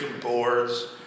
boards